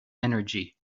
energy